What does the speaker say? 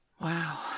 Wow